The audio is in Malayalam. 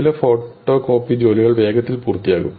ചില ഫോട്ടോ കോപ്പി ജോലികൾ വേഗത്തിൽ പൂർത്തിയാകും